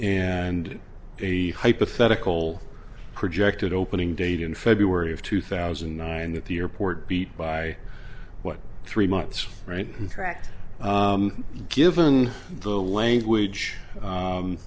and a hypothetical projected opening date in february of two thousand and nine at the airport beat by what three months right interact given the language